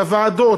הוועדות,